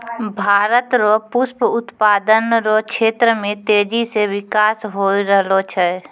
भारत रो पुष्प उत्पादन रो क्षेत्र मे तेजी से बिकास होय रहलो छै